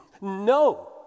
No